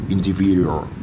Individual